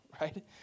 right